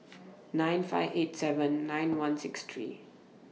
nine five eight seven nine one six three